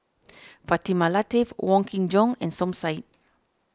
Fatimah Lateef Wong Kin Jong and Som Said